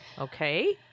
Okay